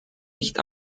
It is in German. nicht